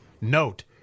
Note